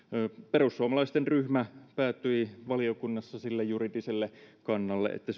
perussuomalaisten ryhmä päätyi valiokunnassa sille juridiselle kannalle että